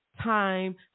time